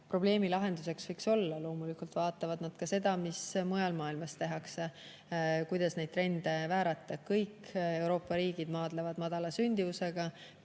probleemi lahendus võiks olla. Loomulikult vaatavad nad ka seda, mida mujal maailmas tehakse, kuidas neid trende väärata. Kõik Euroopa riigid maadlevad madala sündimusega,